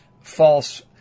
false